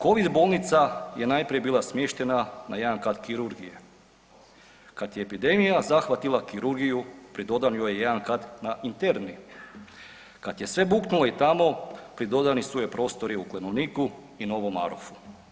Covid bolnica je najprije bila smještena na jedan kat Kirurgije, kada je epidemija zahvatila Kirurgiju pridodan joj je jedan kat na interni, kada je sve buknulo i tamo pridodani su joj prostori u Klenovniku i Novom Marofu.